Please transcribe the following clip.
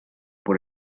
por